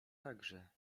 także